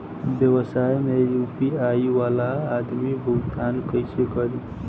व्यवसाय में यू.पी.आई वाला आदमी भुगतान कइसे करीं?